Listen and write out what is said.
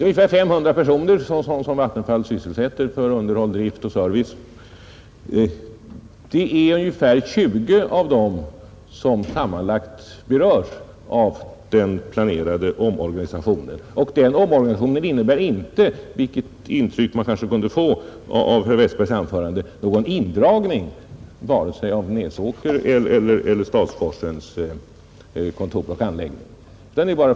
Ungefär 500 personer är sysselsatta av Vattenfall för underhåll, drift och service, och det är sammanlagt ungefär 20 av dem som berörs av den planerade omorganisationen. Denna omorganisation innebär heller inte — vilket intryck man kanske kunde få av herr Westbergs anförande — någon indragning av vare sig Näsåkers eller Stadsforsens kontor och anläggningar.